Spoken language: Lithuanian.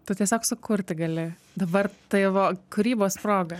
tu tiesiog sukurti gali dabar tavo kūrybos proga